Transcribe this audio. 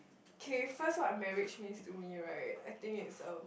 k first what marriage means to me right I think it's um